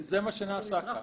זה מה שנעשה כאן,